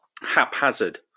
haphazard